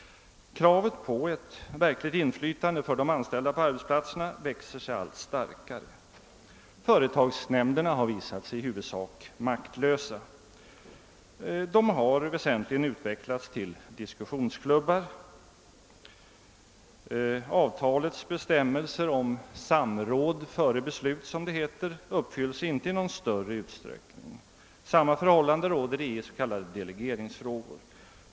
Kravet på ett verkligt inflytande för de anställda på arbetsplatserna växer sig allt starkare. Företagsnämnderna har visat sig i huvudsak maktlösa. De har i stort sett utvecklats till diskussionsklubbar. Avtalets bestämmelser om >samråd före beslut» uppfylls inte i någon större utsträckning. Samma förhållande råder i delegeringsfrågor.